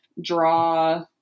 draw